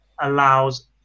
allows